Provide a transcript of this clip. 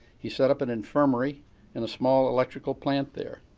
he set up an infirmary in a small electrical plant there.